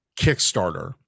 kickstarter